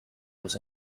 was